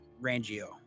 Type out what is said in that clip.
Rangio